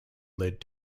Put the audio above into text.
led